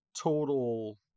total